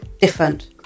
different